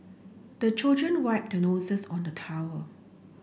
the children wipe their noses on the towel